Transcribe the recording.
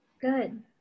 Good